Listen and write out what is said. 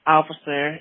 officer